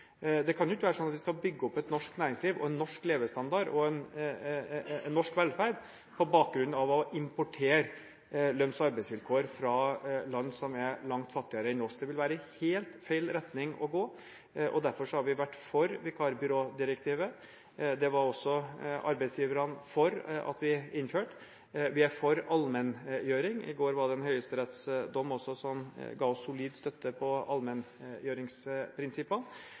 Det kan ikke være sånn at vi skal bygge opp et norsk næringsliv, en norsk levestandard og norsk velferd på bakgrunn av å importere lønns- og arbeidsvilkår fra land som er langt fattigere enn oss. Det vil være helt feil retning å gå, og derfor har vi vært for vikarbyrådirektivet. Det var også arbeidsgiverne for at vi innførte. Vi er for allmenngjøring – i går var det en høyesterettsdom som ga oss solid støtte på